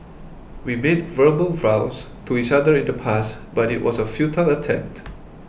we made verbal vows to each other in the past but it was a futile attempt